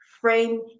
frame